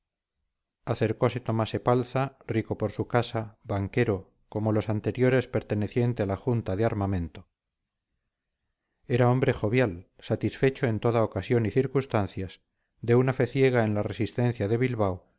mohosas acercose tomás epalza rico por su casa banquero como los anteriores perteneciente a la junta de armamento era hombre jovial satisfecho en toda ocasión y circunstancias de una fe ciega en la resistencia de bilbao